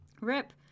Rip